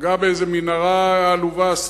פגע באיזו מנהרה עלובה,